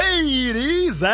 Ladies